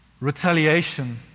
retaliation